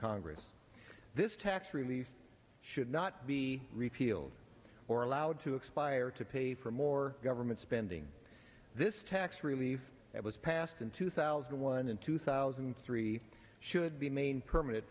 congress this tax relief should not be repealed or allowed to expire to pay for more government spending this tax relief that was passed in two thousand and one in two thousand and three should be main permanent